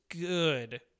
good